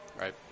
Right